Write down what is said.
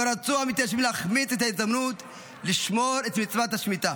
לא רצו המתיישבים להחמיץ את ההזדמנות לשמור את מצוות השמיטה.